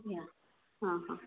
ଆଜ୍ଞା ହଁ ହଁ